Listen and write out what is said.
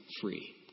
free